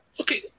Okay